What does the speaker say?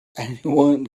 anyone